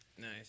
nice